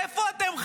איפה אתם חיים,